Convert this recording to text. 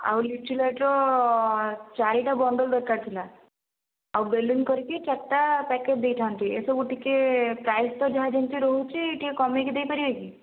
ଆଉ ଲିଚୁ ଲାଇଟ୍ର ଚାରିଟା ବଣ୍ଡଲ ଦରକାର ଥିଲା ଆଉ ବେଲୁନ କରିକି ଚାରିଟା ପ୍ୟାକେଟ ଦେଇଥାନ୍ତି ଏସବୁ ଟିକେ ପ୍ରାଇସ୍ ତ ଯାହା ଯେମିତି ରହୁଛି ଟିକେ କମାଇକି ଦେଇପାରିବେ କି